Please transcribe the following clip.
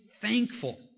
thankful